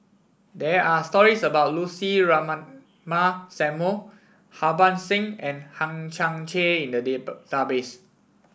there are stories about Lucy Ratnammah Samuel Harbans Singh and Hang Chang Chieh in the